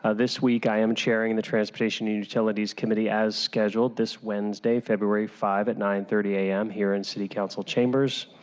ah this week, i am chairing the transportation utilities committee as scheduled this wednesday, february five at nine thirty a m. in city council chambers.